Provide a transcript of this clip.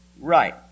Right